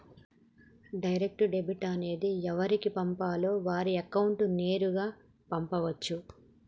direct debit అనేది ఎవరికి పంపాలో వారి అకౌంట్ నేరుగా పంపు చేయచ్చు